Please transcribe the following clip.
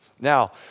Now